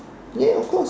ya of course